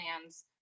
plans